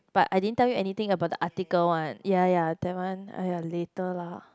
but I didn't tell you anything about the article one ya ya that one !aiya! later lah